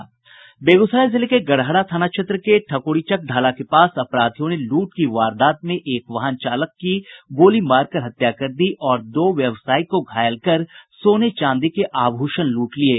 बेगूसराय जिले के गढ़हरा थाना क्षेत्र के ठक्रीचक ढ़ाला के पास अपराधियों ने लूट की वारदात में एक वाहन चालक की गोली मारकर हत्या कर दी और दो व्यवसायी को घायल कर सोने चांदी के आभूषण लूट लिये